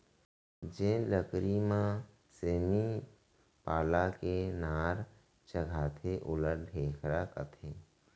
जेन लकरी म सेमी पाला के नार चघाथें ओला ढेखरा कथें